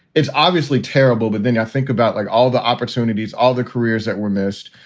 it's obviously terrible. but then i think about like all the opportunities, all the careers that were missed,